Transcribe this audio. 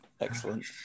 excellent